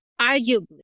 arguably